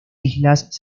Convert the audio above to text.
islas